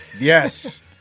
Yes